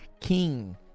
King